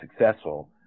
successful